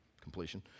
completion